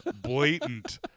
blatant